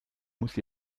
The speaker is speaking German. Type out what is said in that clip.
muss